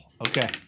Okay